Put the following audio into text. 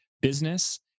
business